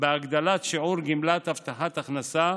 בהגדלת שיעור גמלת הבטחת הכנסה,